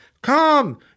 Come